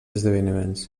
esdeveniments